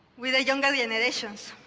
with the younger generations.